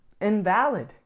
invalid